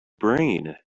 brain